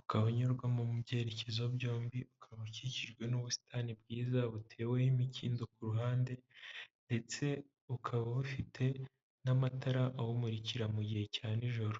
ukaba unyurwamo mu byerekezo byombi, ukaba ukikijwe n'ubusitani bwiza buteweho imikindo ku ruhande ndetse bukaba bufite n'amatara abumurikira mu gihe cya nijoro.